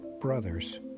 brothers